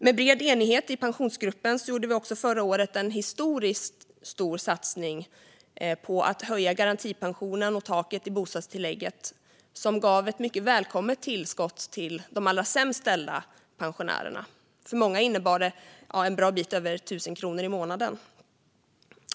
Med bred enighet i Pensionsgruppen gjorde vi också förra året en historiskt stor satsning på att höja garantipensionen och taket för bostadstillägget, vilket gav ett mycket välkommet tillskott till de pensionärer som har det allra sämst ställt. För många innebar det en bra bit över 1 000 kronor i månaden.